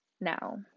now